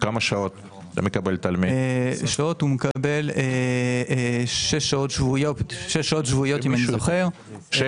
מקבל 6 שעות שבועיות אם אני זוכר,